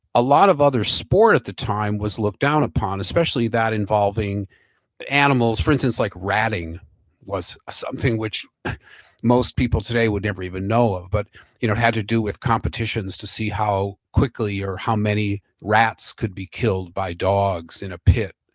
a lot of other sport at the time was looked down upon, especially that involving but animals, for instance like ratting was something which most people today would never even know of. but you know how to deal with competitions to see how quickly or how many rats could be killed by dogs in a pit.